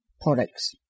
products